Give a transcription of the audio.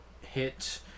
hit